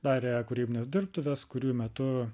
darė kūrybines dirbtuves kurių metu